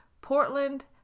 portland